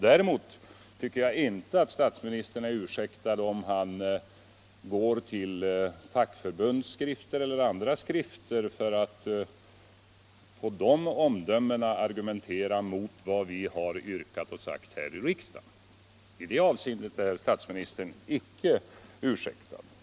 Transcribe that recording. Däremot tycker jag inte att statsministern är ursäktad, om han på grundval av omdömen i fackförbundsskrifter eller andra skrifter argumenterar mot vad vi har sagt och yrkat här i riksdagen. Det materialet finns ändå att läsa.